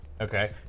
Okay